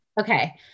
Okay